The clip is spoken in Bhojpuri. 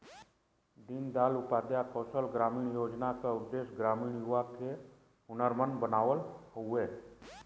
दीन दयाल उपाध्याय कौशल ग्रामीण योजना क उद्देश्य ग्रामीण युवा क हुनरमंद बनावल हउवे